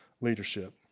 leadership